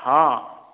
ହଁ